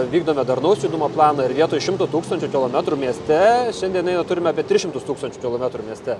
vykdome darnaus judumo planą ir vietoj šimto tūkstančių kilometrų mieste šiandien dienai turime apie tris šimtus tūkstančių kilometrų mieste